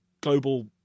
global